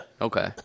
Okay